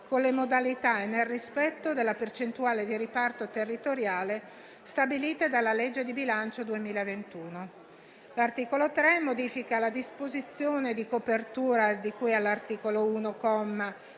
con le modalità e nel rispetto della percentuale di riparto territoriale stabilite dalla legge di bilancio 2021. L'articolo 3 modifica la disposizione di copertura di cui all'articolo 1,